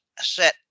set